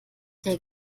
der